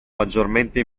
maggiormente